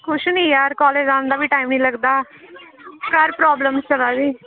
कुछ निं यार कॉलेज़ आन दा बी टैम निं लगदा घर प्रॉब्लम्स चला दे